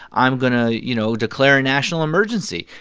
i'm going to, you know, declare a national emergency.